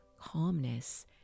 calmness